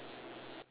ya